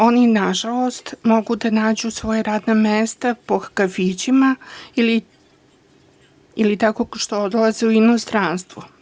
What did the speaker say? One, nažalost, mogu da nađu svoja radna mesta po kafićima ili tako što odlaze u inostranstvo.